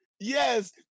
Yes